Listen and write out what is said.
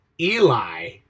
Eli